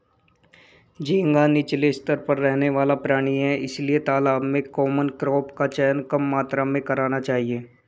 झींगा नीचले स्तर पर रहने वाला प्राणी है इसलिए तालाब में कॉमन क्रॉप का चयन कम मात्रा में करना चाहिए